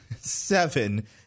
seven